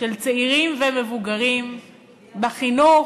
של צעירים ומבוגרים בחינוך,